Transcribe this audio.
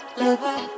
lover